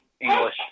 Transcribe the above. English